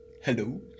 Hello